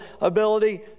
ability